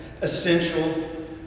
essential